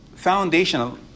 Foundational